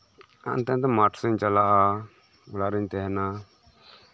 ᱦᱟᱱᱛᱮ ᱱᱟᱛᱮ ᱢᱟᱴᱷ ᱥᱮᱜ ᱤᱧ ᱪᱟᱞᱟᱜᱼᱟ ᱚᱲᱟᱜ ᱨᱤᱧ ᱛᱟᱦᱮᱱᱟ